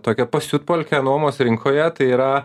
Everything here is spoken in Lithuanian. tokią pasiutpolkę nuomos rinkoje tai yra